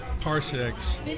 parsecs